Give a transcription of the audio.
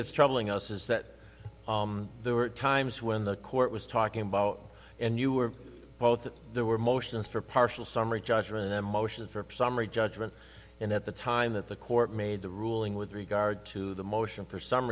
that's troubling us is that there were times when the court was talking about and you were both there were motions for partial summary judgment a motion for summary judgment and at the time that the court made the ruling with regard to the motion for s